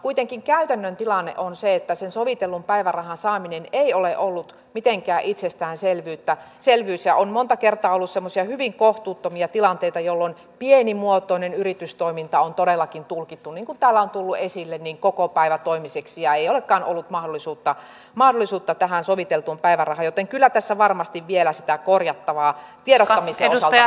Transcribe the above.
kuitenkin käytännön tilanne on se että se sovitellun päivärahan saaminen ei ole ollut mitenkään itsestäänselvyys ja on monta kertaa ollut semmoisia hyvin kohtuuttomia tilanteita jolloin pienimuotoinen yritystoiminta on todellakin tulkittu niin kuin täällä on tullut esille kokopäivätoimiseksi ja ei olekaan ollut mahdollisuutta tähän soviteltuun päivärahaan joten kyllä tässä varmasti vielä sitä korjattavaa tiedottamisen osalta riittää